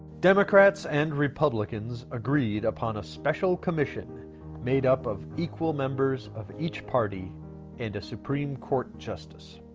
democrats and republicans agreed upon a special commission made up of equal members of each party and a supreme court justice.